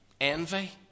Envy